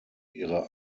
ihre